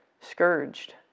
scourged